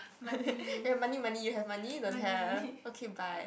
ya money money you have money don't have okay bye